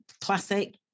classic